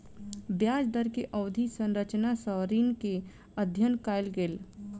ब्याज दर के अवधि संरचना सॅ ऋण के अध्ययन कयल गेल